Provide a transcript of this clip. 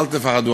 אל תפחדו,